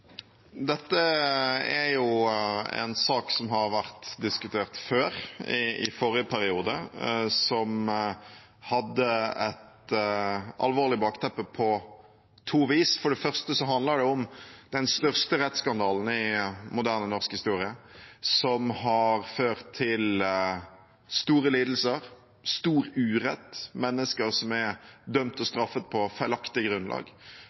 jo en sak som har vært diskutert før, i forrige periode, og som hadde et alvorlig bakteppe på to vis. For det første handler det om den største rettsskandalen i moderne norsk historie, som har ført til store lidelser, stor urett, mennesker som er dømt og straffet på feilaktig grunnlag.